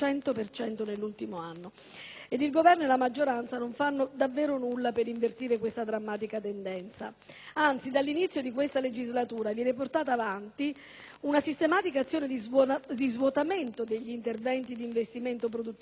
Il Governo e la maggioranza non fanno davvero nulla per invertire questa drammatica tendenza, anzi, dall'inizio dell'attuale legislatura viene portata avanti una sistematica azione di svuotamento degli interventi di investimento produttivo nelle aree più deboli del Paese